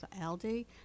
Aldi